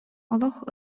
олох